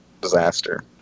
disaster